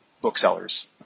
booksellers